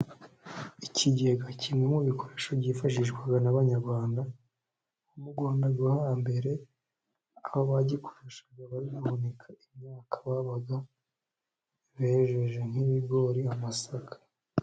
Ikigega kimwe mu bikoresho byifashishwaga n'Abanyarwanda mu Rwanda rwo hambere, aho bagikoreshaga bari guhunika imyaka babaga bejeje nk'ibigori n'amasaka.